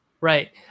Right